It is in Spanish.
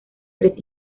tres